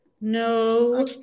No